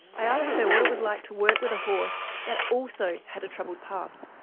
i asked her what it was like to work with a horse that also had a troubled past.